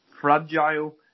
fragile